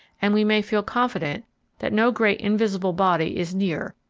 and we may feel confident that no great invisible body is near,